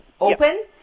open